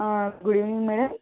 good evening madam